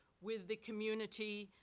with the community,